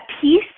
peace